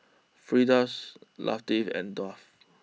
Firdaus Latif and Daud